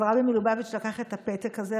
אז הרבי מלובביץ' לקח את הפתק הזה,